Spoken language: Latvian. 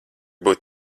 būt